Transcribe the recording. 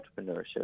entrepreneurship